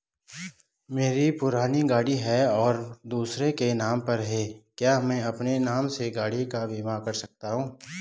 मेरी पुरानी गाड़ी है और दूसरे के नाम पर है क्या मैं अपने नाम से गाड़ी का बीमा कर सकता हूँ?